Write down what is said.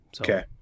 Okay